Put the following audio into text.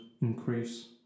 increase